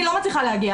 אני לא מצליחה להגיע.